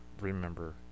remember